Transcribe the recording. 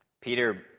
Peter